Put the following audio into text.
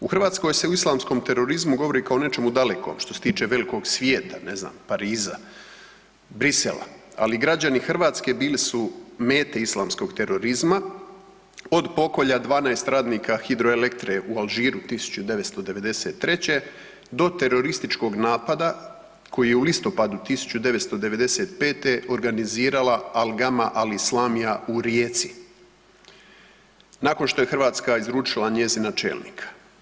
U Hrvatskoj se o islamskom terorizmu govori kao o nečemu dalekom što se tiče velikog svijeta ne znam Pariza, Bruxellesa, ali građani Hrvatske bili su mete islamskog terorizma od pokolja 12 radnika Hidroelektre u Alžiru 1993. do terorističkog napada koji je u listopadu 1995. organizirala Al gamma al Islamiyya u Rijeci nakon što je Hrvatska izručila njezina čelnika.